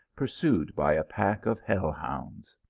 pursued by a pack of hell-hounds.